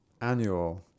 annual